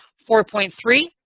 four point three,